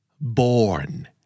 Born